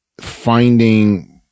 finding